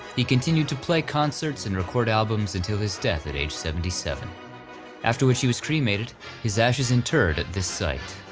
he continued to play concerts and record albums until his death at age seventy seven after which he was cremated his ashes interred at this site,